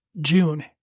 June